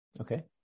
Okay